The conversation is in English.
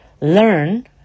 learn